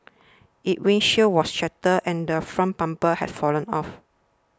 its windshield was shattered and front bumper had fallen off